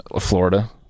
Florida